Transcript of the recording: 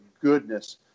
goodness